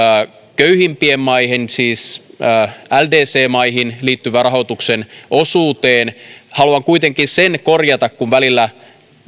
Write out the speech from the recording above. köyhimpiin maihin siis ldc maihin liittyvän rahoituksen osuuteen haluan kuitenkin sen korjata kun välillä